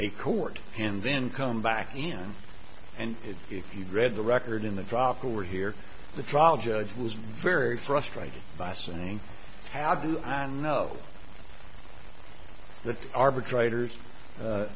a court and then come back again and if you've read the record in the drop over here the trial judge was very frustrated by us and how do i know the arbitrator's